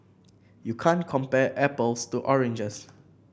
you can't compare apples to oranges